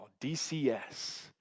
dcs